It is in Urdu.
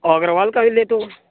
اور اگروال کا ہی لیں تو